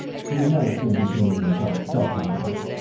so you know it's going to be teeming with ah self-confidence.